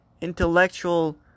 intellectual